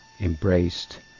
embraced